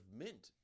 mint